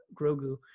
Grogu